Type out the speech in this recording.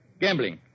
Gambling